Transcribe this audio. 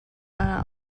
are